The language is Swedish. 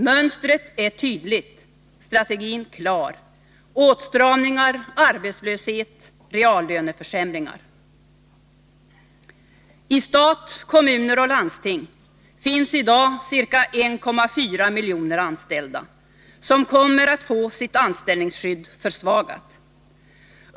Mönstret är tydligt och strategin klar: åtstramningar, arbetslöshet och reallönesänkningar. I stat, kommuner och landsting finns i dag ca 1,4 miljoner anställda, som kommer att få sitt anställningsskydd försvagat.